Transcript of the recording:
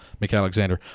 McAlexander